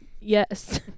Yes